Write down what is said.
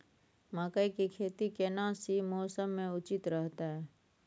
मकई के खेती केना सी मौसम मे उचित रहतय?